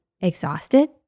exhausted